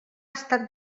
estat